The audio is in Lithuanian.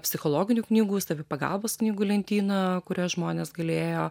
psichologinių knygų savipagalbos knygų lentyną kurioje žmonės galėjo